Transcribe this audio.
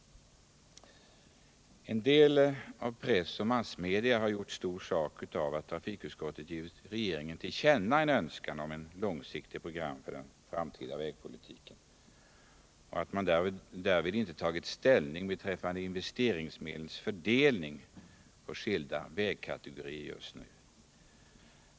Herr talman! Vissa massmedia gjorde stor sak av att trafikutskottet givit regeringen till känna sin önskan om ett långsiktigt program för den framtida vägpolitiken och att man därvid inte tog ställning beträffande investeringsmedlens fördelning på skilda vägkategorier just nu.